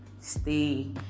stay